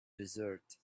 desert